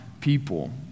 people